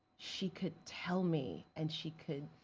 she could tell me and she could.